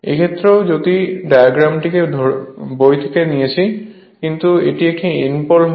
এই ক্ষেত্রে যদিও ডায়াগ্রামটি বই থেকে নিয়েছি কিন্তু এটি একটি N পোল হয়